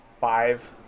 five